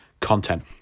content